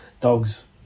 dogs